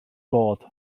bod